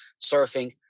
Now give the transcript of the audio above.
surfing